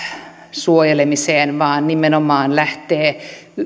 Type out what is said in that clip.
suojelemiseen vaan se nimenomaan lähtee